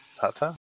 ta-ta